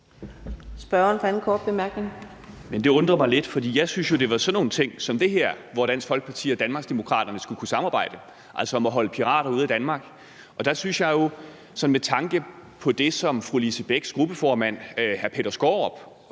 Peter Kofod (DF): Men det undrer mig lidt, for jeg synes, at det var sådan nogle ting som det her, hvor Dansk Folkeparti og Danmarksdemokraterne skulle kunne samarbejde, altså om at holde pirater ude af Danmark. Og med tanke på det, som fru Lise Bechs gruppeformand, hr. Peter Skaarup,